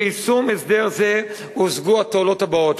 ביישום הסדר זה הושגו התועלות הבאות,